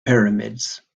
pyramids